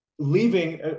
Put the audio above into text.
leaving